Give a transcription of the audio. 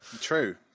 True